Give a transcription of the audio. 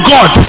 God